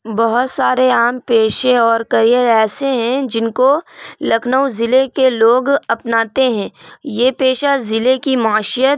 بہت سارے عام پیشے اور کیریئر ایسے ہیں جن کو لکھنؤ ضلعے کے لوگ اپناتے ہیں یہ پیشہ ضلعے کی معاشیت